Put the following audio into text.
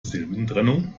silbentrennung